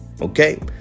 okay